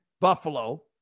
Buffalo